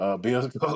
Bills